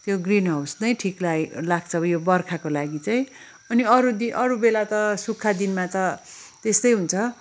त्यो greenhouse नै ठिक लाग लाग्छ यो बर्खाको लागि चाहिँ अनि अरू दिन अरू बेला त सुक्खा दिनमा त त्यस्तै हुन्छ